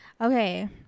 okay